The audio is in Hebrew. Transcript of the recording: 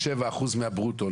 אחוז מהברוטו